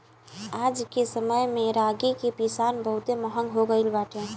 आजके समय में रागी के पिसान बहुते महंग हो गइल बाटे